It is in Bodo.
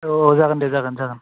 औ औ जागोन दे जागोन